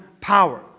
power